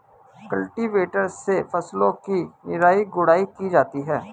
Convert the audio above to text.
cultivator से फसलों की निराई गुड़ाई की जाती है